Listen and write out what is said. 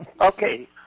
Okay